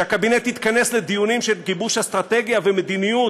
שהקבינט יתכנס לדיונים של גיבוש אסטרטגיה ומדיניות,